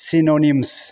synonyms